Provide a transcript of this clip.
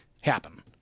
happen